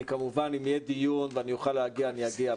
כמובן אם יהיה דיון ואני אוכל להגיע אני אגיע,